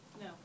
No